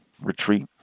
retreat